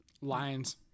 Lions